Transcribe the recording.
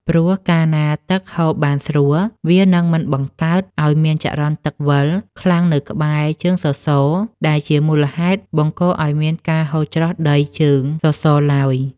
ព្រោះកាលណាទឹកហូរបានស្រួល វានឹងមិនបង្កើតឱ្យមានចរន្តទឹកវិល ខ្លាំងនៅក្បែរជើងសសរ ដែលជាមូលហេតុបង្កឱ្យមានការហូរច្រោះដីជើងសសរឡើយ។